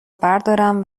بردارم